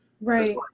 Right